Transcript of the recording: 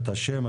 את השם,